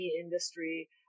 industry